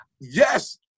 yes